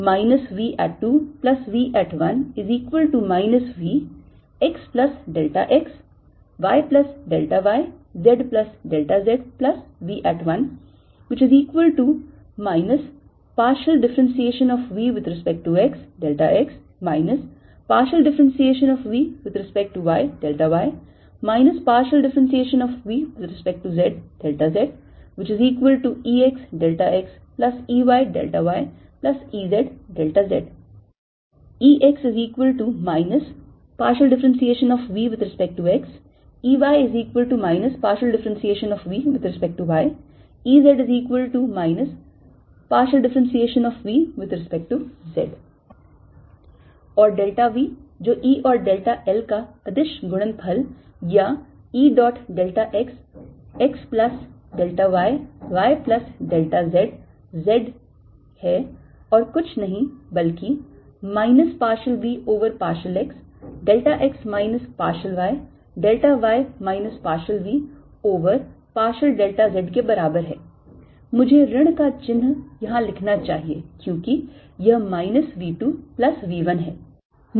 V2V1 VxxyyzzV1 ∂V∂xx ∂V∂yy ∂V∂zzExxEyyEzz Ex ∂V∂xEy ∂V∂yEz ∂V∂z और delta v जो E और delta l का अदिश गुणनफलया E dot delta x x plus delta y y plus delta z z है और कुछ नहीं बल्कि minus partial v over partial x delta x minus partial y delta y minus partial v over partial delta z के बराबर है मुझे ऋण का चिन्ह यहां लिखना चाहिए क्योंकि यह minus v 2 plus v 1 है